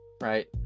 right